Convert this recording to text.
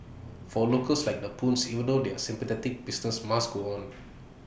for locals like the Puns even though they're sympathetic business must go on